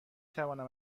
توانم